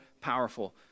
powerful